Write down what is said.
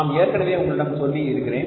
நான் ஏற்கனவே உங்களிடம் சொல்லி இருக்கிறேன்